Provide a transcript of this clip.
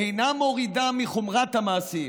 אינה מורידה מחומרת המעשים.